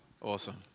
Awesome